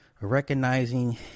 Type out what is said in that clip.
recognizing